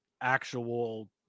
actual